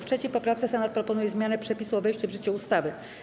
W 3. poprawce Senat proponuje zmianę przepisu o wejściu w życie ustawy.